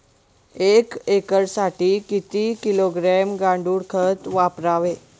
एक एकरसाठी किती किलोग्रॅम गांडूळ खत वापरावे?